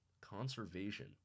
conservation